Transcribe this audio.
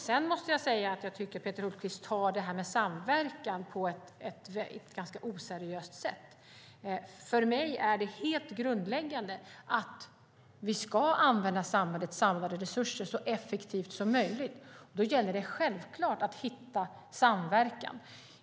Sedan måste jag säga att jag tycker att Peter Hultqvist tar detta med samverkan på ett ganska oseriöst sätt. För mig är det helt grundläggande att vi ska använda samhällets samlade resurser så effektivt som möjligt, och då gäller det självklart att hitta samverkan.